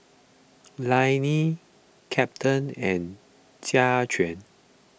Lainey Captain and Jaquan